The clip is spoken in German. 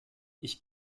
ich